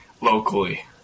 locally